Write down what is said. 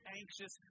anxious